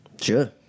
Sure